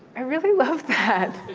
i really love that.